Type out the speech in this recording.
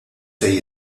fejn